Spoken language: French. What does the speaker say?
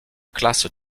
classe